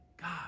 God